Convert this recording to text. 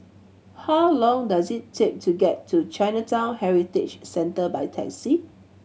how long does it take to get to Chinatown Heritage Centre by taxi